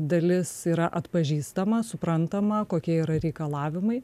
dalis yra atpažįstama suprantama kokie yra reikalavimai